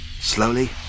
Slowly